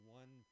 one